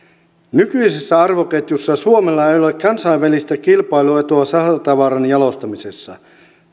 nykyisessä arvoketjussa suomella ei ole kansainvälistä kilpailuetua sahatavaran jalostamisessa